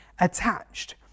attached